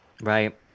Right